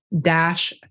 dash